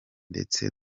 ndetse